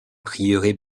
prieuré